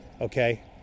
okay